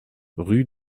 rue